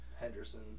Henderson